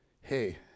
hey